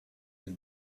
had